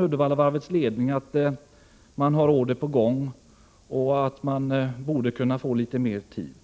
Uddevallavarvets ledning har ju förklarat att order är på gång och att man borde ha kunnat få litet mer tid.